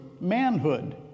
manhood